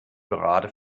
gerade